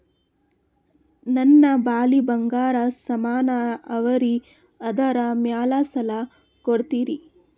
ನನ್ನ ಬಳಿ ಬಂಗಾರ ಸಾಮಾನ ಅವರಿ ಅದರ ಮ್ಯಾಲ ಸಾಲ ಕೊಡ್ತೀರಿ?